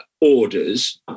orders